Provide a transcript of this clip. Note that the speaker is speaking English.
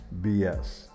BS